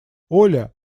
оля